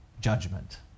Judgment